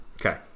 Okay